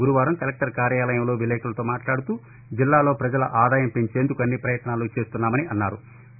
గురువారం కలెక్టర్ కార్యాలయంలో విలేఖరులతో మాట్లాడుతూ జిల్లాలో ప్రజల ఆదాయం పెంచేందుకు అన్ని ప్రయత్నాలు చేస్తున్నామని అన్నారు